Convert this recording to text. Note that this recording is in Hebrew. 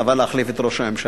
אבל להחליף את ראש הממשלה.